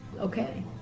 okay